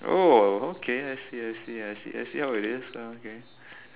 oh okay I see I see I see I see I see how it is ah okay